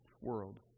world